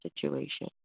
situation